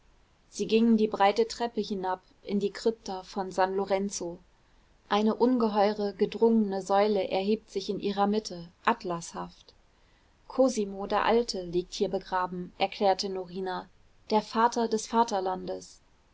sie gingen die breite treppe hinab in die krypta von san lorenzo eine ungeheure gedrungene säule erhebt sich in ihrer mitte atlashaft cosimo der alte liegt hier begraben erklärte norina der vater des vaterlandes